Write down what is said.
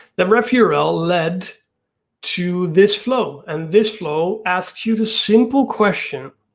the ref yeah url led to this flow, and this flow asks you the simple question,